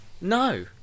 No